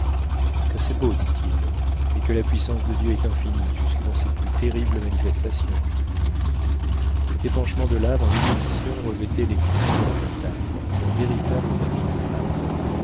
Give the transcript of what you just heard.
que c'est beau dit-il et que la puissance de dieu est infinie jusque dans ses plus terribles manifestations cet épanchement de laves en ignition revêtait les flancs de la montagne d'un véritable tapis de flammes